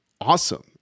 awesome